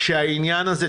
העניין הזה.